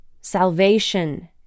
salvation